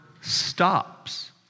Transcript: stops